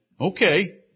Okay